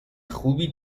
خوبی